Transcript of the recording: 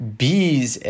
bees